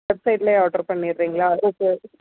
வெப்சைட்லேயே order பண்ணிடுறீங்களா okay